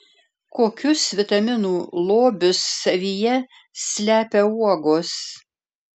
kokius vitaminų lobius savyje slepia uogos